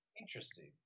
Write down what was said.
Interesting